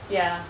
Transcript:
ya